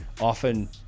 often